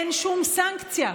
אין שום סנקציה.